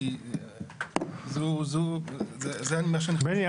כי זה מה --- בני,